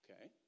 Okay